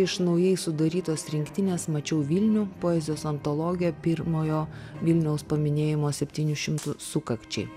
iš naujai sudarytos rinktinės mačiau vilnių poezijos antologija pirmojo vilniaus paminėjimo septynių šimtų sukakčiai